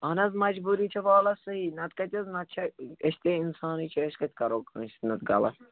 اہن حظ مجبوٗری چھےٚ واللہ صحیح نَتہٕ کَتہِ حظ نَتہٕ چھا أسۍ تہِ ہے اِنسانٕے چھِ أسۍ کَتہِ کَرو کٲنٛسہِ نَتہٕ غلط